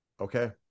okay